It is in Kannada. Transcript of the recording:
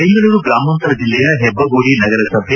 ಬೆಂಗಳೂರು ಗ್ರಾಮಾಂತರ ಜಿಲ್ಲೆಯ ಹೆಬ್ಬಗೋಡಿ ನಗರ ಸಭೆ